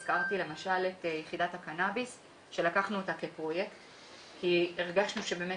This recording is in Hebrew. הזכרתי למשל את יחידת הקנביס שלקחנו אותה כפרויקט כי הרגשנו שבאמת